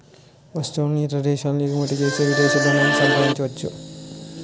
వస్తువులను ఇతర దేశాలకు ఎగుమచ్చేసి విదేశీ ధనాన్ని సంపాదించొచ్చు